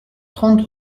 trente